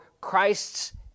Christ's